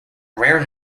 rare